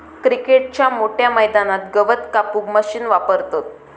क्रिकेटच्या मोठ्या मैदानात गवत कापूक मशीन वापरतत